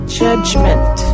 judgment